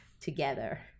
together